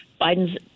Biden's